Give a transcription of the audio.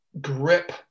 grip